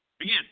Again